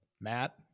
Matt